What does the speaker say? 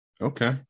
okay